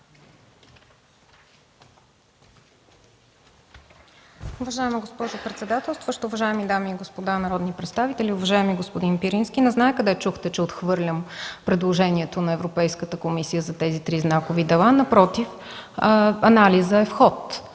Уважаема госпожо председател, уважаеми дами и господа народни представители! Уважаеми господин Пирински, не зная къде чухте, че отхвърлям предложението на Европейската комисия за тези три знакови дела? ГЕОРГИ ПИРИНСКИ (КБ,